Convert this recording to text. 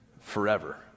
forever